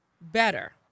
better